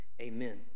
Amen